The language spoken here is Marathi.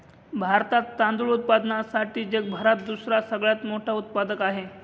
भारतात तांदूळ उत्पादनासाठी जगभरात दुसरा सगळ्यात मोठा उत्पादक आहे